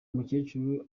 mukecuru